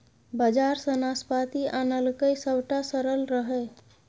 बजार सँ नाशपाती आनलकै सभटा सरल रहय